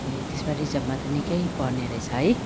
ए त्यसो भए रिजर्भमा त निकै पर्ने रहेछ है